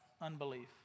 unbelief